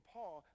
Paul